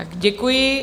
Děkuji.